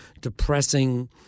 depressing